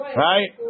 right